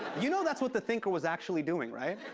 you know, that's what the thinker was actually doing, right?